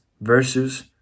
versus